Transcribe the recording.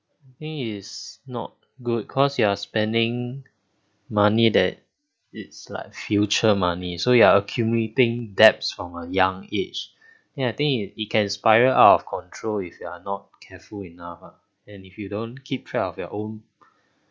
it is not good cause you are spending money that it's like future money so you are accumulating debts from a young age ya I think it it can spiral out of control if you are not careful enough ah and if you don't keep track of your own